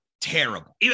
terrible